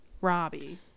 Robbie